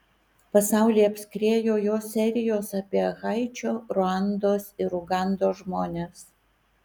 pasaulį apskriejo jo serijos apie haičio ruandos ir ugandos žmones